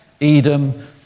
Edom